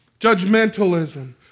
judgmentalism